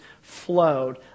flowed